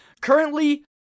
currently